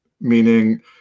meaning